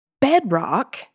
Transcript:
bedrock